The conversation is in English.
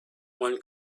one